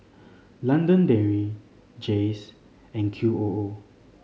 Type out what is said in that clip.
London Dairy Jays and Q O O